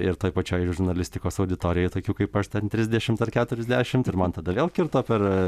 ir toj pačioj žurnalistikos auditorijoj tokių kaip aš ten trisdešimt ar keturiasdešimt ir man tada vėl kirto per